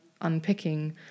unpicking